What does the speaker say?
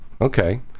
Okay